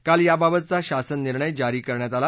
काल याबाबतचा शासननिर्णय जारी करण्यात आला